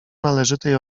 należytej